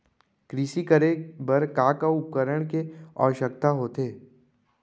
कृषि करे बर का का उपकरण के आवश्यकता होथे?